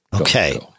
Okay